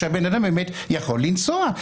אדם באמת יכול לנסוע.